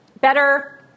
better